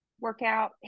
workout